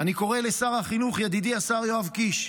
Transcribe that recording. אני קורא לשר החינוך, ידידי השר יואב קיש: